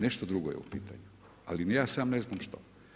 Nešto drugo je u pitanju ali ni ja sam ne znam što.